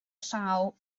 llaw